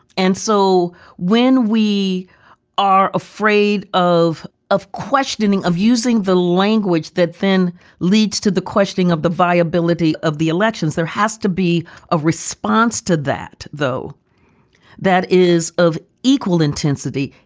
and so when we are afraid of of questioning, of using the language that then leads to the questioning of the viability of the elections, there has to be a response to that, though that is of equal intensity,